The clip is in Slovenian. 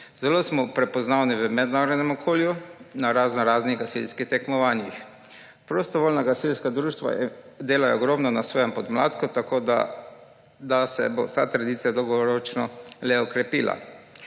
Zelo smo prepoznavni v mednarodnem okolju na raznoraznih gasilskih tekmovanjih. Prostovoljna gasilska društva delajo ogromno na svojem podmladku, tako se bo ta tradicija dolgoročno le okrepila.